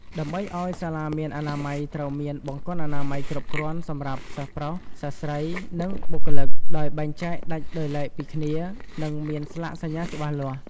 ដើម្បីឲ្យសាលាមានអនាម័យត្រូវមាន បង្គន់អនាម័យគ្រប់គ្រាន់សម្រាប់សិស្សប្រុស សិស្សស្រី និងបុគ្គលិក ដោយបែងចែកដាច់ដោយឡែកពីគ្នា និងមានស្លាកសញ្ញាច្បាស់លាស់។